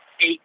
eight